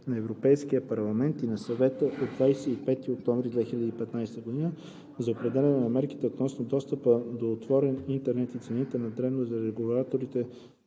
„на Европейския парламент и на Съвета от 25 ноември 2015 г. за определяне на мерки относно достъпа до отворен интернет и цените на дребно за регулирани